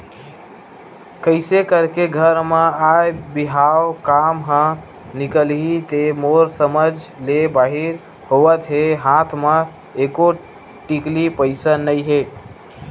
कइसे करके घर म आय बिहाव काम ह निकलही ते मोर समझ ले बाहिर होवत हे हात म एको टिकली पइसा नइ हे